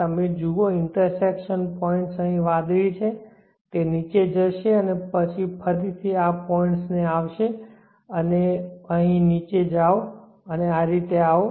તમે જુઓ intersection points અહીં વાદળી છે તે નીચે જશે અને પછી ફરી આ પોઈન્ટ્સ એ આવશે અને પછી અહીં નીચે જાઓ આ રીતે આવો